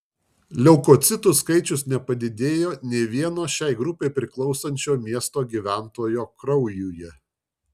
leukocitų skaičius nepadidėjo nė vieno šiai grupei priklausančio miesto gyventojo kraujuje